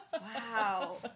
wow